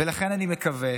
ולכן אני מקווה